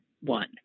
one